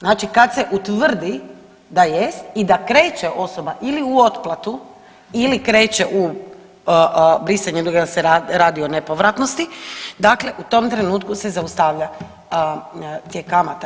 Znači kad se utvrdi da jest i da kreće osoba ili u otplatu ili kreće u brisanje duga jer se radi o nepovratnosti, dakle u tom trenutku se zaustavlja tijek kamata.